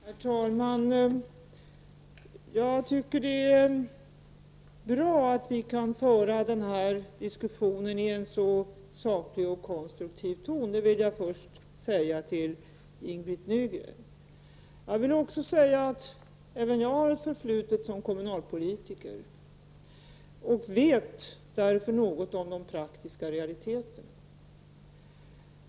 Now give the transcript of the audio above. Herr talman! Jag vill först säga till Ing-Britt Nygren att jag tycker att det är bra att vi kan föra den här diskussionen i en så saklig och konstruktiv ton. Även jag har ett förflutet som kommunalpolitiker och vet därför något om de praktiska realiteterna.